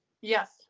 Yes